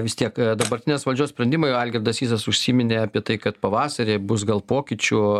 vis tiek dabartinės valdžios sprendimai algirdas sysas užsiminė apie tai kad pavasarį bus gal pokyčių